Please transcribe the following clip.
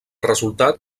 resultat